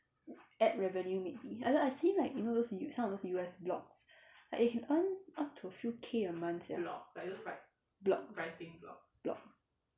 add revenue maybe I don't know I see like you know those U some of those U_S blogs like they can earn up to few K a month sia blogs blogs